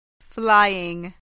flying